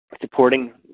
supporting